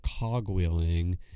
cogwheeling